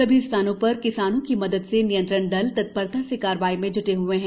सभी स्थानों पर किसानों की मदद से नियंत्रण दल तत्परता से कार्रवाई में ज्टे हए हैं